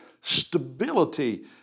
stability